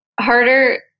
harder